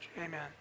Amen